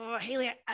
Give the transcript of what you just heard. Haley